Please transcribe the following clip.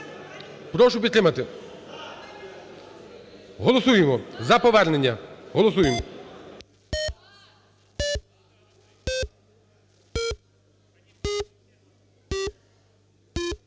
Прошу підтримати. Голосуємо за повернення. Голосуємо.